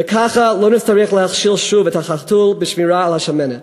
וככה לא נצטרך להכשיל שוב את החתול בשמירה על השמנת.